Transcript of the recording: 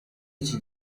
iki